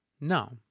No